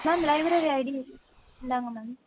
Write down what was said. ma'am library ID இந்தாங்க ma'am